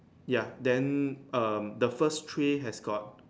ya then um the first three has got